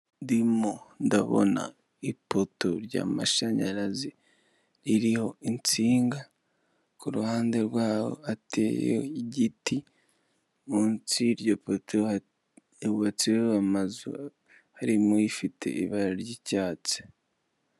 Ndimo ndabona ipoto ry'amashanyarazi ririho insinga kuruhande rwaho hateye igiti munsi y'iryo poto hubatseho amazu harimo ifite ibara ry'icyatsi.